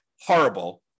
horrible